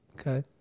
Okay